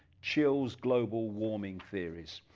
chills global warming theories.